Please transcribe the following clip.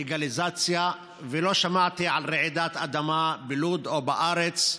לגליזציה, ולא שמעתי על רעידת אדמה בלוד או בארץ.